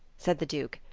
said the duke,